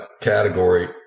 category